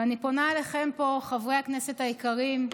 ואני פונה אליכם פה, חברי הכנסת היקרים,